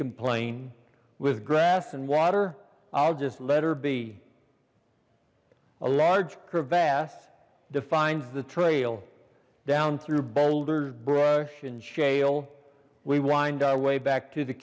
complain with grass and water i'll just let her be a large crevasse defines the trail down through boulders brush and shale we wind our way back to the